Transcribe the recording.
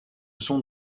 sont